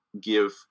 give